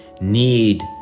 need